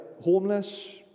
homeless